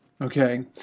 Okay